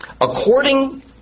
According